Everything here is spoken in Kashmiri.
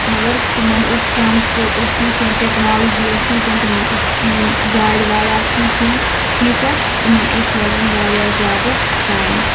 مَگر تِمَن اوس ٹرانَسپوٹ اوس نہٕ کینٛہہ ٹؠکنالجی ٲس نہٕ کینٛہہ تِمَن اوس یہِ گاڑِ واڑِ آسان کینٛہہ تیٖژاہ تِمَن اوس لَگان واریاہ زیادٕ ٹایِم